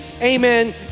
Amen